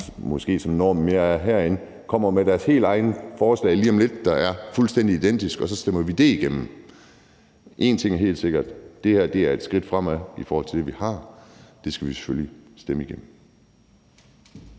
måske mere er herinde, kommer med deres helt eget forslag lige om lidt, der er fuldstændig identisk, og så stemmer vi det igennem. Én ting er helt sikker – det her er et skridt fremad i forhold til det, vi har. Det skal vi selvfølgelig stemme igennem.